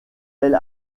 elle